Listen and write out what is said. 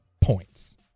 points